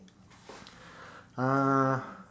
uh